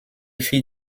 fit